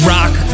Rock